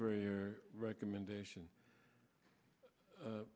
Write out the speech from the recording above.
for your recommendation